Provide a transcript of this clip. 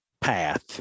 path